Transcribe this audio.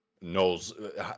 knows